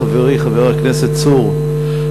וזה מתחבר לחברי חבר הכנסת צור,